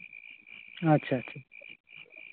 ᱟᱪᱪᱷᱟ ᱟᱪᱪᱷᱟ